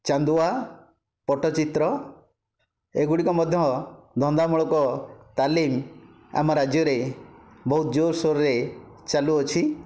ଚାନ୍ଦୁଆ ପଟ୍ଟଚିତ୍ର ଏଗୁଡ଼ିକ ମଧ୍ୟ ଧନ୍ଦାମୂଳକ ତାଲିମ୍ ଆମ ରାଜ୍ୟରେ ବହୁତ ଜୋର ସୋରରେ ଚାଲୁଅଛି